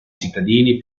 cittadini